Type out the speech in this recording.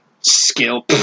Skill